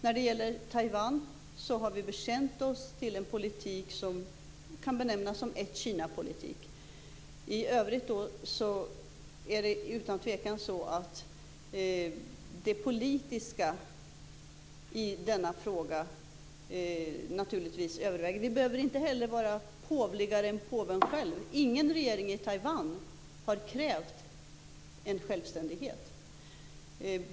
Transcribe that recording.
När det gäller Taiwan har vi bekänt oss till en politik som kan benämnas som "ett-Kina-politik". I övrigt är det utan tvekan så att det politiska i denna fråga överväger. Vi behöver heller inte vara påvligare än påven själv. Ingen regering i Taiwan har krävt självständighet.